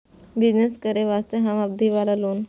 Business करे वास्ते कम अवधि वाला लोन?